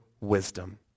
wisdom